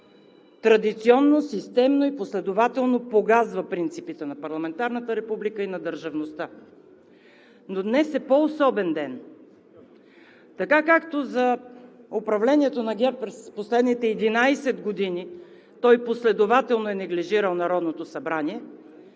традиционно, системно и последователно погазва принципите на парламентарната република и на държавността. Но днес е по-особен ден. Както за управлението на ГЕРБ през последните 11 години той последователно е неглижирал Народното събрание,